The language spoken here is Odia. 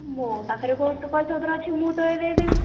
ମୋ ପାଖରେ କୋଉ ଏତେ ପଇସା ପତର ଅଛି ମୁଁ ତତେ ଦେଇଦେବି